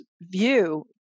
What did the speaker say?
view